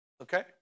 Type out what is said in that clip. Okay